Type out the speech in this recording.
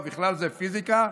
ובכלל זה פיזיקה.